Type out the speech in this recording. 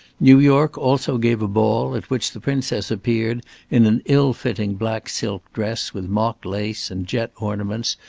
new york also gave a ball at which the princess appeared in an ill-fitting black silk dress with mock lace and jet ornaments,